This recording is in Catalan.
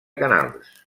canals